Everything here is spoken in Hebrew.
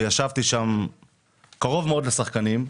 וישבתי שם קרוב מאוד לשחקנים,